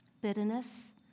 Bitterness